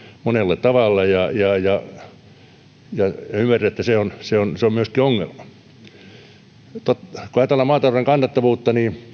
monella tavalla ja ja ymmärrätte että se on se on myöskin ongelma kun ajatellaan maatalouden kannattavuutta niin